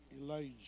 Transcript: Elijah